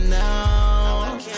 now